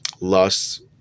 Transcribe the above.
Lust